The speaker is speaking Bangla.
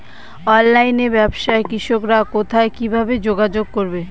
অনলাইনে ব্যবসায় কৃষকরা কোথায় কিভাবে যোগাযোগ করবে?